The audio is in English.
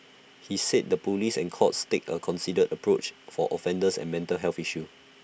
he said the Police and courts take A considered approach for offenders and mental health issues